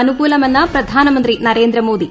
അനുകൂലമെന്ന് പ്രധാനമന്ത്രി നരേന്ദ്രമോദി